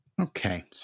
Okay